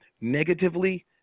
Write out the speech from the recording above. negatively